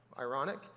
Ironic